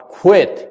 quit